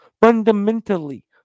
fundamentally